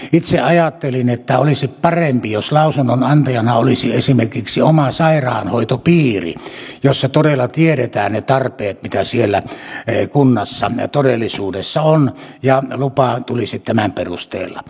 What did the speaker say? itse ajattelin että olisi parempi jos lausunnonantajana olisi esimerkiksi oma sairaanhoitopiiri jossa todella tiedetään ne tarpeet mitä siellä kunnassa todellisuudessa on ja lupa tulisi tämän perusteella